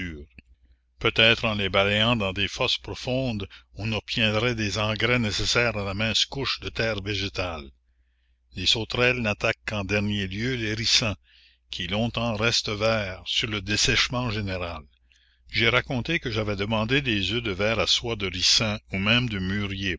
peut-être en les balayant dans des fosses profondes on obtiendrait des engrais nécessaires à la mince couche de terre végétale les sauterelles n'attaquent qu'en dernier lieu les ricins qui longtemps restent verts sur le dessèchement général la commune j'ai raconté que j'avais demandé des œufs de vers à soie de ricin ou même de mûrier